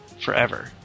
forever